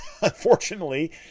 unfortunately